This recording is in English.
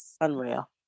Unreal